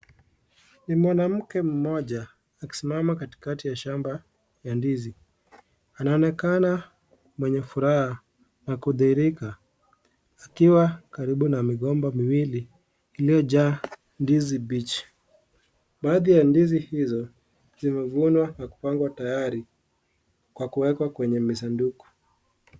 Ni mwanamke mmoja akisimama katikati ya shamba ya ndizi anaonekana mwenye furaha na kuridhika akiwa karibu na migomba miwili iliyojaa ndizi mbichi. Baaadhi ya ndizi hizo zimevunwa na kupangwa tayari kwa kuwekwa kwenye misanduku .